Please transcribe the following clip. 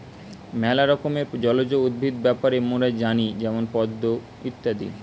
ম্যালা রকমের জলজ উদ্ভিদ ব্যাপারে মোরা জানি যেমন পদ্ম ইত্যাদি